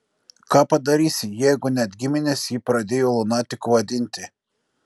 ką padarysi jeigu net giminės jį pradėjo lunatiku vadinti